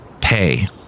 pay